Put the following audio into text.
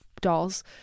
dolls